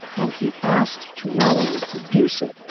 and he asked to not only produce it,